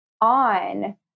on